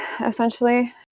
essentially